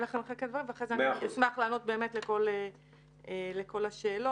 --- ואחרי זה אני אשמח לענות לכל השאלות.